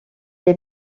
est